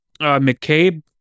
McCabe